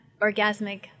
orgasmic